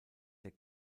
der